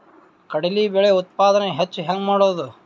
ಕಡಲಿ ಬೇಳೆ ಉತ್ಪಾದನ ಹೆಚ್ಚು ಹೆಂಗ ಮಾಡೊದು?